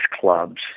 clubs